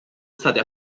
state